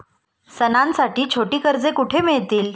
सणांसाठी छोटी कर्जे कुठे मिळतील?